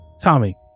Tommy